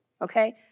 okay